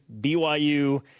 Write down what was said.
BYU